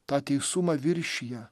tą teisumą viršija